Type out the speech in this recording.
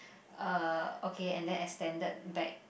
uh okay and then extended back